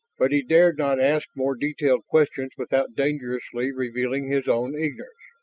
but he dared not ask more detailed questions without dangerously revealing his own ignorance.